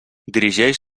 dirigeix